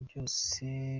byose